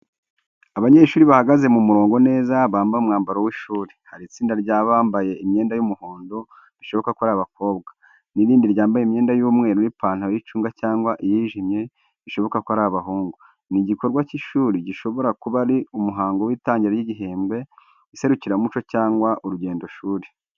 Abanyeshuri bahagaze mu murongo neza bambaye umwambaro w’ishuri. Hari itsinda ryambaye imyenda y’umuhondo bishoboka ko ari abakobwa, n’irindi ryambaye imyenda y'umweru n’ipantaro y’icunga cyangwa iyijimye bishoboka ko ari abahungu. Ni igikorwa cy’ishuri gishobora kuba ari umuhango w’itangira ry’igihembwe, iserukiramuco cyangwa urugendoshuri.